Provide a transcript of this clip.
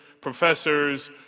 professors